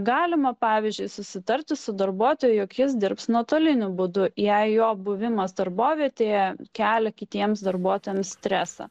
galima pavyzdžiui susitarti su darbuotoju jog jis dirbs nuotoliniu būdu jei jo buvimas darbovietėje kelia kitiems darbuotojams stresą